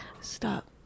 Stop